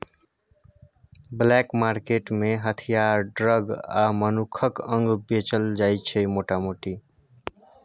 black market मे हथियार, drug आ मनुखक अंग बेचल जाइ छै मोटा मोटी